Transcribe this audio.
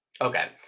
Okay